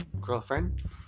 girlfriend